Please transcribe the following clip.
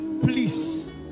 Please